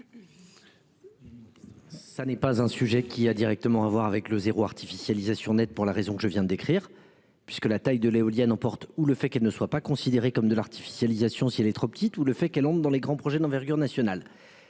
Ça n'est pas un sujet qui a directement à voir avec le zéro artificialisation nette pour la raison que je viens d'écrire, puisque la taille de l'éolienne emporte ou le fait qu'elle ne soit pas considéré comme de l'artificialisation si elle est trop petite, où le fait qu'elles ont dans les grands projets d'envergure nationale.